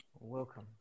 Welcome